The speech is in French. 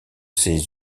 ses